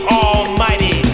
almighty